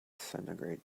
centigrade